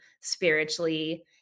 spiritually